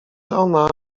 ona